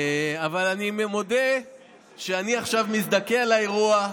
אבל אני מודה שאני עכשיו מזדכה על האירוע,